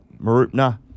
Marupna